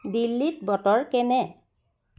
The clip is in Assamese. দিল্লীত বতৰ কেনে